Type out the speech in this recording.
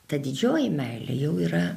ta didžioji meilė jau yra